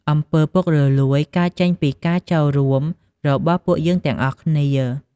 អំពើពុករលួយកើតចេញពីការចូលរួមរបស់ពួកយើងទាំងអស់គ្នា។